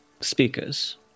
Speakers